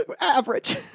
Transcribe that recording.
average